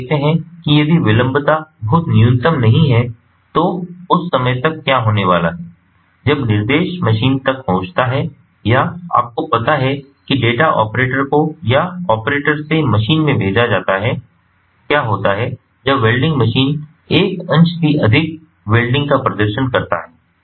तो आप देखते हैं कि यदि विलंबता बहुत न्यूनतम नहीं है तो उस समय तक क्या होने वाला है जब निर्देश मशीन तक पहुंचता है या आपको पता है कि डेटा ऑपरेटर को या ऑपरेटर से मशीन में भेजा जाता है क्या होता है जब वेल्डिंग मशीन एक अंश भी अधिक वेल्डिंग का प्रदर्शन करता है